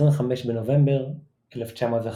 ב־25 בנובמבר 1915.